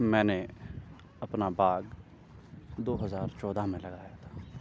میں نے اپنا باغ دو ہزار چودہ میں لگایا تھا